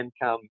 income